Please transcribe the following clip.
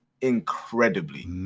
incredibly